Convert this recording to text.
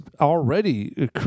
already